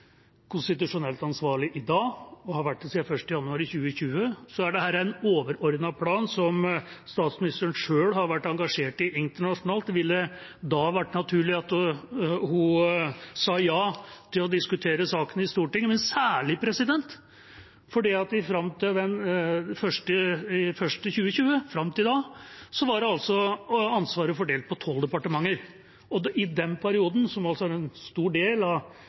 konstitusjonelt ansvarlig i dag og har vært det siden 1. januar 2020, er dette en overordnet plan som statsministeren selv har vært engasjert i internasjonalt, og det ville da vært naturlig at hun sa ja til å diskutere saken i Stortinget, men særlig fordi fram til 1. januar 2020 var ansvaret fordelt på 12 departementer. I den perioden, som er en stor del av